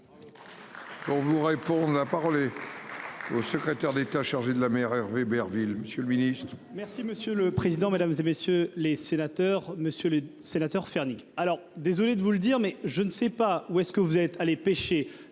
On vous répond, on a parlé. Au secrétaire d'État chargée de la mer. Hervé Berville, Monsieur le Ministre. Merci monsieur le président, Mesdames, et messieurs les sénateurs, Monsieur le Sénateur Fernique alors désolé de vous le dire mais je ne sais pas où est-ce que vous êtes allés pêcher